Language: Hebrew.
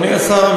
אדוני השר,